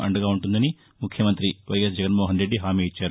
అందగా ఉంటుందని ముఖ్యమంతి వైఎస్ జగన్మోహన్ రెడ్డి హామీ ఇచ్చారు